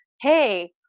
Hey